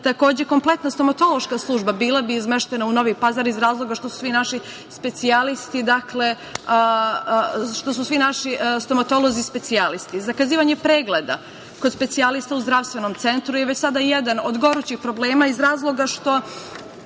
kompletna stomatološka služba bila bi izmeštena u Novi Pazar iz razloga što su svi naši stomatolozi specijalisti. Zakazivanje pregleda kod specijalista u zdravstvenom centru je već sada jedan od gorućih problema iz razloga što